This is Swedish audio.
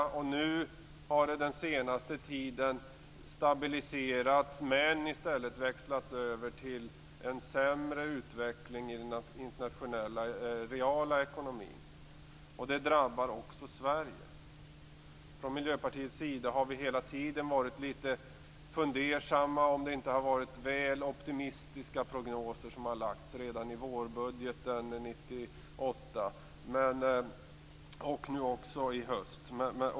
De har stabiliserats den senaste tiden, men vi har i stället växlat över till en sämre utveckling i den internationella reala ekonomin. Det drabbar också Sverige. Från Miljöpartiets sida har vi hela tiden varit lite fundersamma. Har det inte varit väl optimistiska prognoser som har lagts fram? Det gällde redan för vårbudgeten 1998, och också nu i höst.